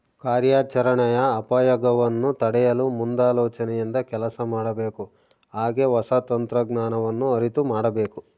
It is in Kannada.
ಕಾರ್ಯಾಚರಣೆಯ ಅಪಾಯಗವನ್ನು ತಡೆಯಲು ಮುಂದಾಲೋಚನೆಯಿಂದ ಕೆಲಸ ಮಾಡಬೇಕು ಹಾಗೆ ಹೊಸ ತಂತ್ರಜ್ಞಾನವನ್ನು ಅರಿತು ಮಾಡಬೇಕು